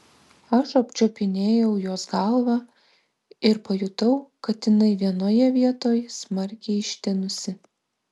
aš apčiupinėjau jos galvą ir pajutau kad jinai vienoje vietoj smarkiai ištinusi